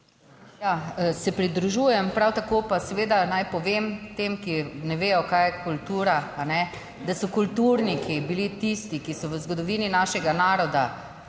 Ja, se pridružujem. Prav tako pa seveda naj povem tem, ki ne vedo kaj je kultura, da so kulturniki bili tisti, ki so v zgodovini našega naroda